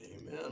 amen